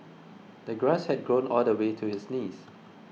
the grass had grown all the way to his knees